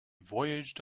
voyaged